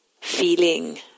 feeling